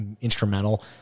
instrumental